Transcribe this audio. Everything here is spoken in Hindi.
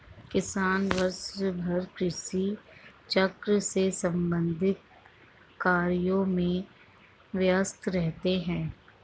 किसान वर्षभर कृषि चक्र से संबंधित कार्यों में व्यस्त रहते हैं